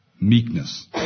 meekness